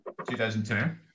2002